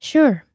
Sure